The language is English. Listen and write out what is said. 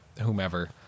whomever